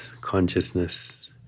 consciousness